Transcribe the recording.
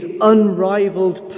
unrivaled